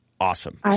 awesome